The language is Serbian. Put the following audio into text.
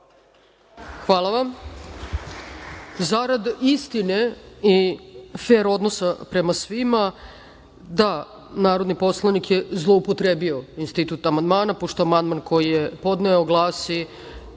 Hvala vam. Zarad istine i fer odnosa prema svima da narodni poslanik je zloupotrebio institut amandmana pošto amandman koji je podneo glasi